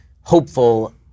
hopeful